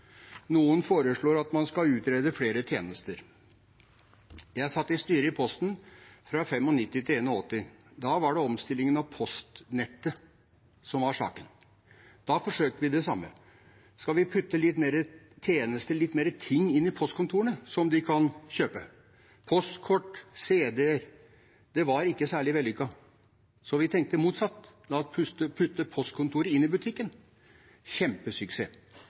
Noen foreslår at man skal utrede flere tjenester. Jeg satt i styret i Posten fra 1995 til 2001. Da var det omstilling av postnettet som var saken, og vi forsøkte det samme. Skal vi putte litt flere tjenester, litt flere ting inn i postkontorene som folk kan kjøpe – postkort, CD-er? Det var ikke særlig vellykket, så vi tenkte motsatt. La oss putte postkontoret inn i butikken. Kjempesuksess!